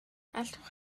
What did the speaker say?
allwch